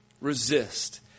resist